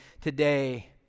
today